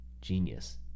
Genius